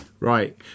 Right